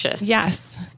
Yes